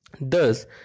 Thus